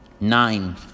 Nine